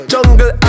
Jungle